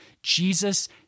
Jesus